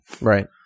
Right